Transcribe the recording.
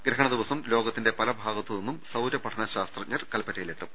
ഗ്രഹണ ദിവസം ലോകത്തിന്റെ പല ഭാഗങ്ങളിൽ നിന്നും സൌരപഠന ശാസ്ത്രജ്ഞർ കല്പറ്റയിലെത്തും